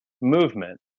movement